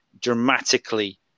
dramatically